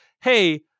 hey